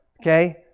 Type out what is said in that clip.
Okay